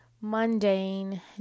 mundane